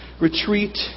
Retreat